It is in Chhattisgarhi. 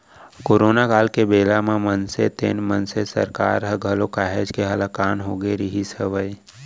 करोना काल के बेरा म मनसे तेन मनसे सरकार ह घलौ काहेच के हलाकान होगे रिहिस हवय